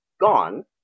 gone